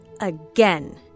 again